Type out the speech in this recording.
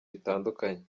bitandukanye